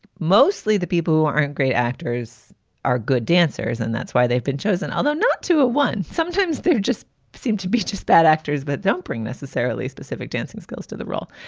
mostly the people who aren't great actors are good dancers, and that's why they've been chosen, although not to a one. sometimes they just seem to be just bad actors, but don't bring necessarily specific dancing skills to the role.